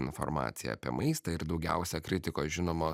informaciją apie maistą ir daugiausia kritikos žinoma